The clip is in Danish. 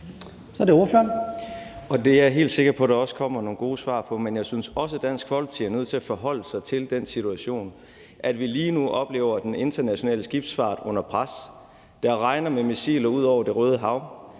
Simon Kollerup (S): Det er jeg helt sikker på der også kommer nogle gode svar på, men jeg synes også, at Dansk Folkeparti er nødt til at forholde sig til den situation, at vi lige nu oplever en international skibsfart under pres, og at det regner med missiler ned over Det Røde Hav.